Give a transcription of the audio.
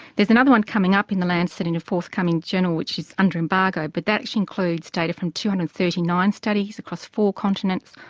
there's another one coming up in the lancet in a forthcoming journal which is under embargo, but that actually includes data from two hundred and thirty nine studies across four continents,